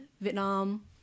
Vietnam